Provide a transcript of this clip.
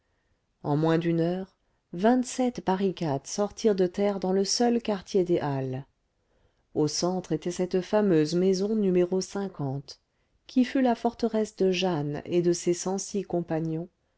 en moins d'une heure vingt-sept barricades sortirent de terre dans le seul quartier des halles au centre était cette fameuse maison no qui fut la forteresse de jeanne et de ses cent six compagnons